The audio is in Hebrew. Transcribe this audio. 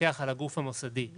מפקח על הגוף המוסדי,